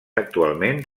actualment